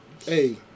Hey